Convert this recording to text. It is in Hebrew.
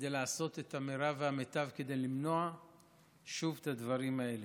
לעשות את המרב והמיטב כדי למנוע שוב את הדברים האלה.